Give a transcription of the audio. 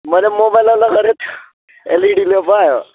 मैले मोबाइलवाला गरेको थियो एलइडीवाला पो आयो